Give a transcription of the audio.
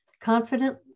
Confident